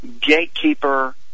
gatekeeper